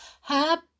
happy